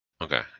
Okay